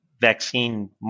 vaccine